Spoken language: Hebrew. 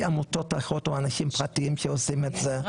יש עמותות אחרות או אנשים פרטיים שעושים את זה.